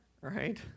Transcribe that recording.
right